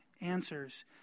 answers